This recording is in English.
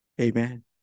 Amen